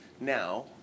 now